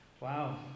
wow